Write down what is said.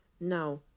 now